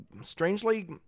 strangely